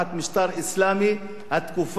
התקופה הכי טובה שהיתה להם בגולה,